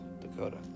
Dakota